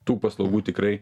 tų paslaugų tikrai